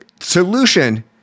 solution